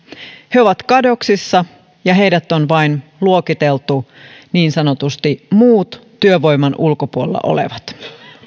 he ovat kadoksissa ja heidät on vain luokiteltu niin sanotusti luokkaan muut työvoiman ulkopuolella olevat